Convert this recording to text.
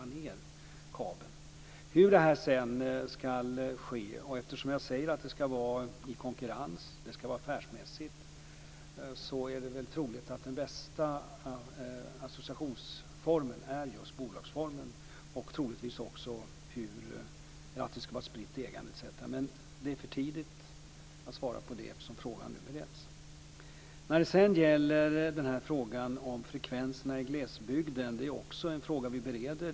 Vad gäller hur det här sedan ska ske säger jag att det ska vara i konkurrens och affärsmässigt, och då är det väl troligt att den bästa associationsformen är just bolagsformen, troligtvis också med spritt ägande etc. Men det är för tidigt att svara på detta, eftersom den frågan nu bereds. Frekvenserna i glesbygden är en fråga som vi bereder.